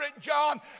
John